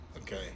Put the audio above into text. okay